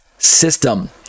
System